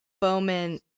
Bowman